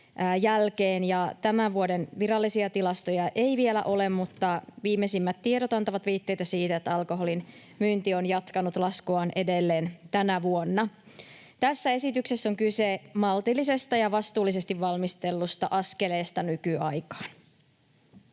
Tämän vuoden virallisia tilastoja ei vielä ole, mutta viimeisimmät tiedot antavat viitteitä siitä, että alkoholin myynti on jatkanut laskuaan edelleen tänä vuonna. Tässä esityksessä on kyse maltillisesta ja vastuullisesti valmistellusta askeleesta nykyaikaan.